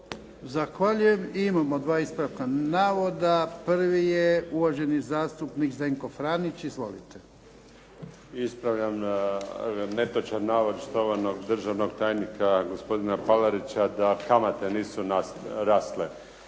Zahvaljujem. I imamo dva ispravka navoda. Prvi je uvaženi zastupnik Zdenko Franić. Izvolite. **Franić, Zdenko (SDP)** Ispravljam netočan navod štovanog državnog tajnika gospodina Palarića da kamate nisu rasle.